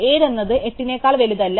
7 എന്നത് 8 നെക്കാൾ വലുതല്ല